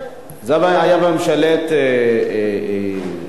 זה היה בממשלת אולמרט.